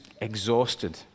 exhausted